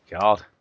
God